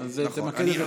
אז תמקד את השאלה.